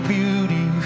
beauty